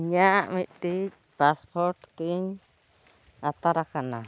ᱤᱧᱟᱹᱜ ᱢᱤᱫᱴᱮᱱ ᱯᱟᱥᱯᱳᱨᱴ ᱛᱤᱧ ᱟᱛᱟᱨ ᱟᱠᱟᱱᱟ